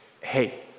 Hey